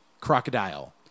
Crocodile